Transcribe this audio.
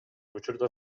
учурда